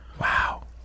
Wow